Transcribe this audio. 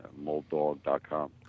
molddog.com